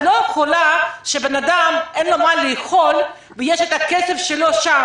את לא יכולה שלבן אדם אין מה לאכול ויש את הכסף שלו שם,